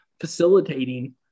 facilitating